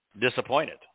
disappointed